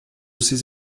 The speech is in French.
ces